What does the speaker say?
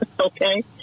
okay